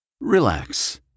Relax